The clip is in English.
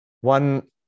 One